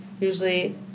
usually